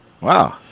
Wow